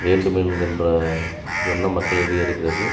வேண்டுமென்கின்ற எண்ணம் மக்களிடையே இருக்கிறது